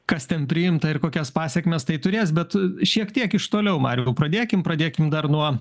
kas ten priimta ir kokias pasekmes tai turės bet šiek tiek iš toliau mariau pradėkim pradėkim dar nuo